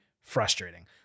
frustrating